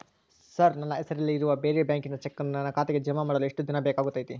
Sir ನನ್ನ ಹೆಸರಲ್ಲಿ ಇರುವ ಬೇರೆ ಬ್ಯಾಂಕಿನ ಚೆಕ್ಕನ್ನು ನನ್ನ ಖಾತೆಗೆ ಜಮಾ ಮಾಡಲು ಎಷ್ಟು ದಿನ ಬೇಕಾಗುತೈತಿ?